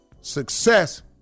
Success